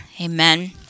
Amen